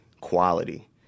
quality